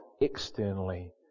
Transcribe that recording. externally